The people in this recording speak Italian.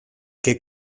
che